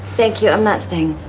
thank you. i'm testing